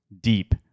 deep